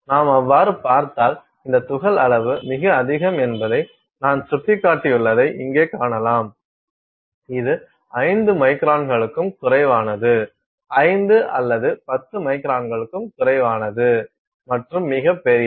நாம் அவ்வாறு பார்த்தால் இந்த துகள் அளவு மிக அதிகம் என்பதை நான் சுட்டிக்காட்டியுள்ளதை இங்கே காணலாம் இது 5 மைக்ரான்களுக்கும் குறைவானது 5 அல்லது 10 மைக்ரான்களுக்கும் குறைவானது மற்றும் மிகப் பெரியது